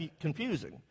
confusing